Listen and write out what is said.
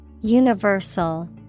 Universal